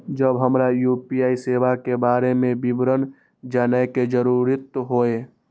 जब हमरा यू.पी.आई सेवा के बारे में विवरण जानय के जरुरत होय?